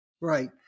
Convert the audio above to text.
Right